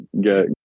Get